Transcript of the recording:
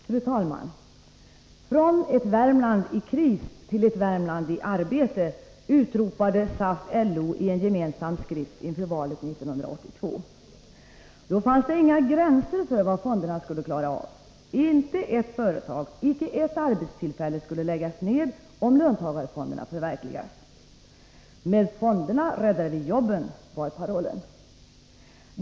Fru talman! ”Från ett Värmland i kris till ett Värmland i arbete”, utropade SAP/LO i en gemensam skrift inför valet 1982. Då fanns inga gränser för vad fonderna skulle klara av! Inte ett företag, inte ett arbetstillfälle skulle läggas ned, om löntagarfonderna förverkligades. ”Med fonderna räddar vi jobben”, var parollen.